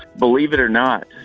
believe it or not,